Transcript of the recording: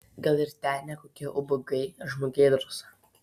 gal ir ten ne kokie ubagai ar žmogėdros